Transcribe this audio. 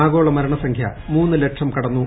ആഗോള മരണസംഖ്യ മൂന്നു ലക്ഷം കടന്നു